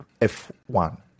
f1